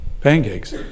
pancakes